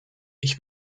ich